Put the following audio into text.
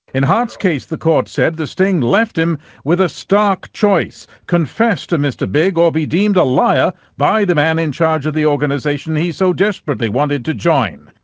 in hart's case the court said the sting left him with a stark choice confess to mr big or be deemed a liar by the man in charge of the organisation he so desperately wanted to join.